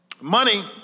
money